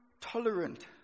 tolerant